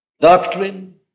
doctrine